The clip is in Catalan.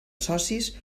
socis